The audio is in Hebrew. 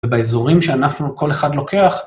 ובאזורים שאנחנו, כל אחד לוקח.